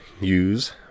use